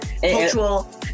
cultural